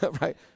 right